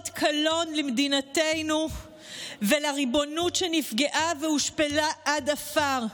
קלון למדינתנו ולריבונות שנפגעה והושפלה עד עפר.